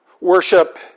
Worship